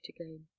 again